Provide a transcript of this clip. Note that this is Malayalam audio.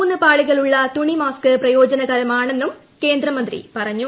മൂന്ന് പാളികളുള്ള തുണി മാസ്ക് പ്രയോജനകരമെന്നും കേന്ദ്രമന്ത്രി പറഞ്ഞു